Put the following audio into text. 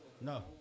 No